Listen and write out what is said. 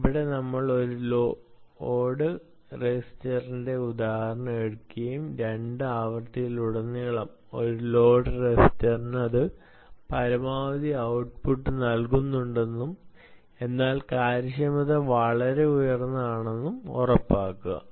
ഇവിടെ ഞങ്ങൾ ഒരു ലോഡ് റെസിസ്റ്ററിന്റെ ഉദാഹരണം എടുക്കുകയും 2 ആവൃത്തികളിലുടനീളം ഒരു ലോഡ് റെസിസ്റ്ററിന് അത് പരമാവധി ഔട്ട്പുട്ട് നൽകുന്നുണ്ടെന്നും അതിനാൽ കാര്യക്ഷമത വളരെ ഉയർന്നതാണെന്നും ഉറപ്പാക്കുക